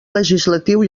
legislatiu